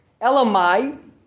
Elamai